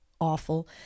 awful